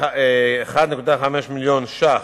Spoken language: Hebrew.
1.5 מיליון שקלים,